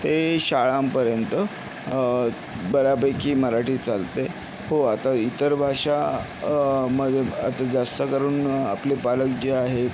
ते शाळांपर्यंत बऱ्यापैकी मराठी चालते हो आता इतर भाषा मध्ये आता जास्त करून आपले पालक जे आहे